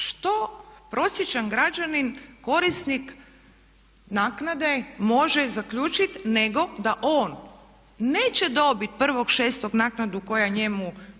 što prosječan građanin korisnik naknade može zaključiti nego da on neće dobiti 1.6. naknadu koja njemu